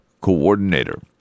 coordinator